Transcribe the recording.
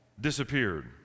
disappeared